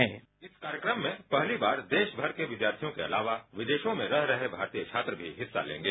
bite इस कार्यक्रम में पहली बार देश भर के विद्यार्थियों के अलावा विदेशों में रह रहे भारतीय छात्र भी हिस्सा लेंगे